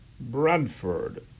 Bradford